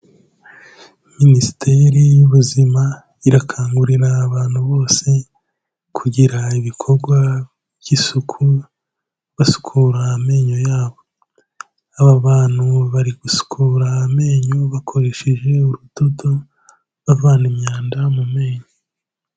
Minisiteri y'ubuzima irakangurira abantu bose kugira ibikorwa by'isuku basukura amenyo yabo, aba bantu bari gusukura amenyo bakoresheje urudodo, bavana imyanda mu menyo.